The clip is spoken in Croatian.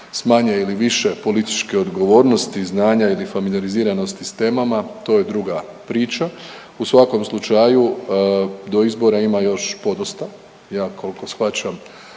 manje ili više političke odgovornosti, znanja ili familijariziranosti s temama to je druga priča. U svakom slučaju do izbora ima još podosta, ja koliko shvaćam